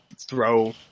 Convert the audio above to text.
throw